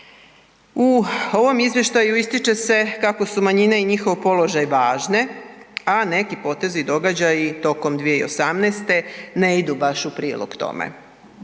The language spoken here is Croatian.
U ovom izvještaju ističe se kako su manjine i njihov položaj važne a neki potezi i događaji tokom 2018. ne idu baš u prilog tome,